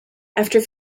after